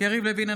יריב לוין,